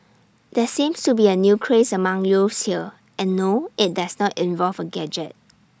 there seems to be A new craze among youths here and no IT does not involve A gadget